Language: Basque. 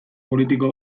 politiko